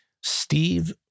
Steve